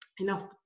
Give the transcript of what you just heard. enough